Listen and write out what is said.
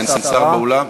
אין שר באולם?